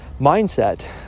mindset